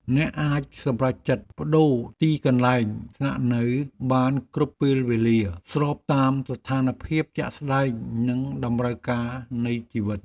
អ្នកអាចសម្រេចចិត្តប្ដូរទីកន្លែងស្នាក់នៅបានគ្រប់ពេលវេលាស្របតាមស្ថានភាពជាក់ស្ដែងនិងតម្រូវការនៃជីវិត។